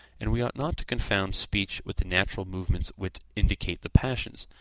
and we ought not to confound speech with the natural movements which indicate the passions,